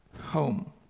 home